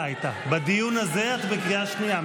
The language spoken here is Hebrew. בדיון הזה את בקריאה שנייה.